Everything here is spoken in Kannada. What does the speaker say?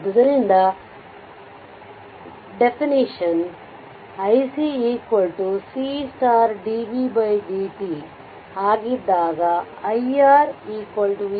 ಆದ್ದರಿಂದ definition iC C dv dt ಆಗಿದ್ದಾಗ iR v R